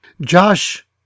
Josh